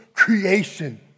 creation